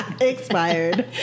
Expired